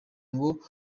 ngo